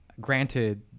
granted